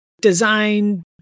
design